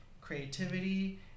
creativity